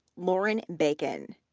lauren bacon.